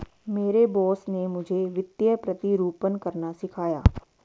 मेरे बॉस ने मुझे वित्तीय प्रतिरूपण करना सिखाया